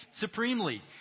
supremely